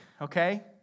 okay